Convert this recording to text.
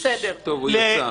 טוב, הוא יצא.